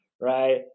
right